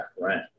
rent